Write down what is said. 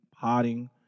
potting